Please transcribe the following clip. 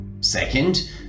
Second